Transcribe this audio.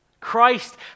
Christ